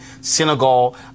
Senegal